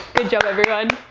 job everyone!